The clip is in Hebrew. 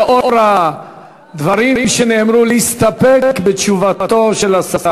לאור הדברים שנאמרו, להסתפק בתשובתו של השר.